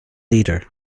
leader